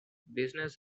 business